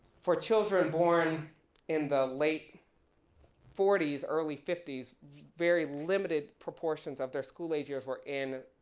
for children born in the late forty s early fifty s, very limited proportions of their school age years were in